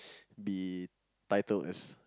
be titled as